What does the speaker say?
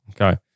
Okay